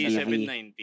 790